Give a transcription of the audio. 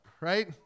Right